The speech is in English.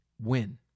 win